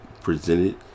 presented